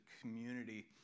community